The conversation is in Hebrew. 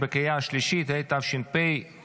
התשפ"ה